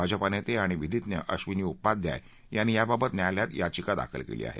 भाजपा नेते आणि विधीज्ञ अबिनी उपाध्याय यांनी याबाबत न्यायालयात याचिका दाखल केली आहे